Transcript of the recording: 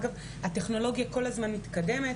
אגב הטכנולוגיה כל הזמן מתקדמת.